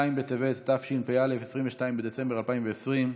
ז' בטבת תשפ"א, 22 בדצמבר 2020,